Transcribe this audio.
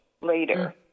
later